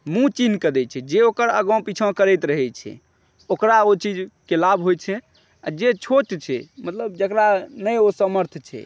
मुँह चिन्हकऽ दैत छै जे ओकर आगाँ पिछा करैत रहय छै ओकरा ओ चीजके लाभ होइत छै आ जे छोट छै मतलब जेकरा नहि ओ समर्थ छै